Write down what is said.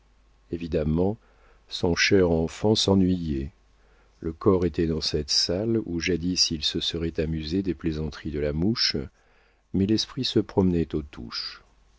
évidemment son cher enfant s'ennuyait le corps était dans cette salle où jadis il se serait amusé des plaisanteries de la mouche mais l'esprit se promenait aux touches